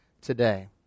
today